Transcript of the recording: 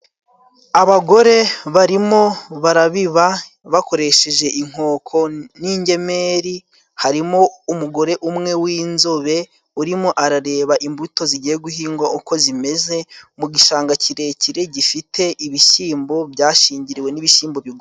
Abagore barimo barabiba bakoresheje inkoko n'ingemeri, harimo umugore umwe w'inzobe urimo arareba imbuto zigiye guhingwa uko zimeze, mu gishanga kirekire gifite ibishyimbo byashingiriwe n'ibishyimbo bigufi.